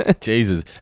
Jesus